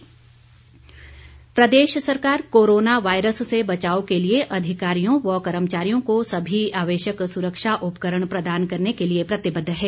जयराम प्रदेश सरकार corona virus से बचाव के लिए अधिकारियों व कर्मचारियों को सभी आवश्यक सुरक्षा उपकरण प्रदान करने के लिए प्रतिबद्ध है